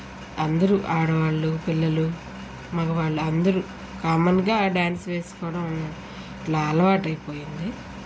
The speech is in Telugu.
అందరూ ఆడవాళ్ళు పిల్లలు మగవాళ్ళు అందరూ కామన్గా డ్యాన్స్ వేసుకోవడం ఇలా అలవాటయిపోయింది